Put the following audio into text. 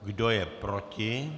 Kdo je proti?